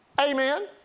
amen